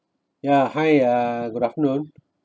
ya hi uh good afternoon